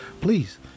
please